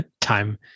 time